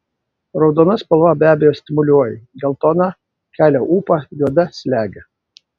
raudona spalva be abejo stimuliuoja geltona kelia ūpą juoda slegia